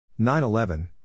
9-11